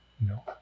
No